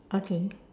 okay